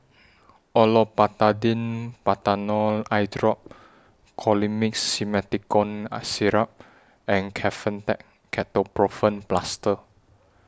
Olopatadine Patanol Eyedrop Colimix Simethicone Syrup and Kefentech Ketoprofen Plaster